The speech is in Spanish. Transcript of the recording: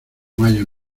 mayo